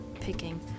Picking